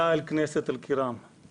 חברי הכנסת הנכבדים,